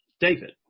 David